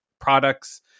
products